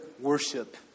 worship